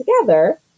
together